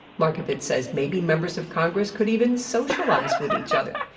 markovitz says maybe members of congress could even socialize with each other.